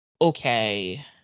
okay